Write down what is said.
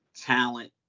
Talent